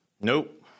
Nope